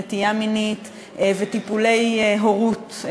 נטייה מינית וטיפולי הורות,